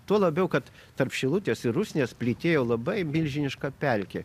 tuo labiau kad tarp šilutės ir rusnės plytėjo labai milžiniška pelkė